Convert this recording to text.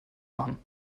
machen